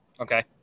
Okay